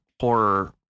horror